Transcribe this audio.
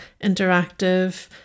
interactive